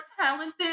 talented